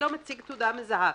לא מציג תעודה מזהה.